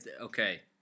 Okay